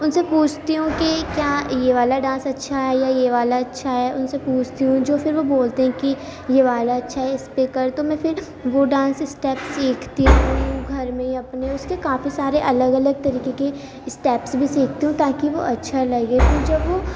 ان سے پوچھتی ہوں کہ کیا یہ والا ڈانس اچھا ہے یا یہ والا اچھا ہے ان سے پوچھتی ہوں جو پھر وہ بولتے کہ یہ والا اچھا ہے اس پہ کر تو میں پھر وہ ڈانس اسٹپس سیکھتی ہوں گھر میں اپنے اس کے کافی سارے الگ الگ طریقے کے اسٹپس بھی سیکھتی ہوں تاکہ وہ اچھا لگے اور جب وہ